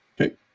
Okay